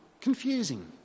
confusing